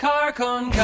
Carcon